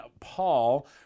paul